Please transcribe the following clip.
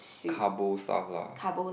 carbo stuff lah